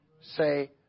Say